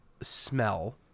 smell